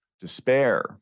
despair